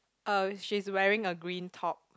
uh she is wearing a green top